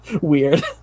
Weird